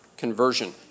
conversion